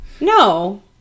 No